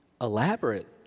elaborate